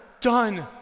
done